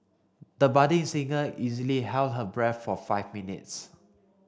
the budding singer easily held her breath for five minutes